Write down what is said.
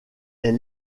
est